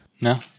no